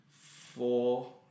four